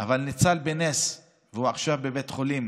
אבל ניצל בנס, והוא עכשיו בבית חולים,